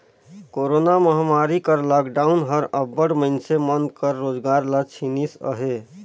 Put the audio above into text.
corona महमारी कर lockdown हर अब्बड़ मइनसे मन कर रोजगार ल छीनिस अहे